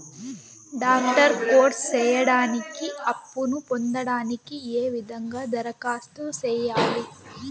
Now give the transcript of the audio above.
Doctor course సేయడానికి అప్పును పొందడానికి ఏ విధంగా దరఖాస్తు సేయాలి?